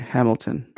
Hamilton